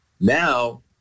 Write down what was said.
Now